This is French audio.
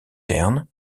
ternes